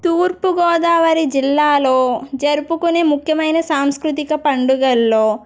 తూర్పు గోదావరి జిల్లాలో జరుపుకునే ముఖ్యమైన సాంస్కృతిక పండుగల్లో